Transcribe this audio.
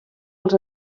els